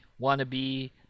Wannabe